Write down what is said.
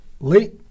late